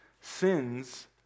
Sins